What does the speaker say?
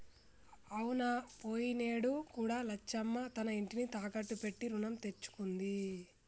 అవునా పోయినేడు కూడా లచ్చమ్మ తన ఇంటిని తాకట్టు పెట్టి రుణం తెచ్చుకుంది